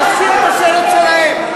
את השאלות שלהם.